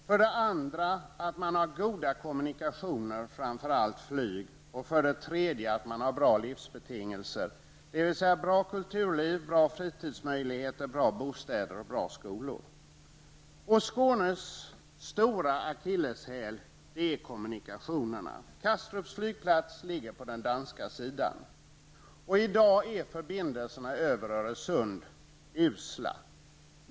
För det andra måste man ha goda kommunikationer, framför allt flyg. För det tredje måste man ha livsbetingelser, dvs. bra kulturliv, bra fritidsmöjligheter, bra bostäder och bra skolor. Skånes stora akilleshäl är kommunikationerna. Kastrups flygplats ligger på den danska sidan. I dag är förbindelserna över Öresund usla.